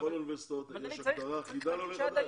בכל האוניברסיטאות יש הגדרה אחידה לעולה חדש?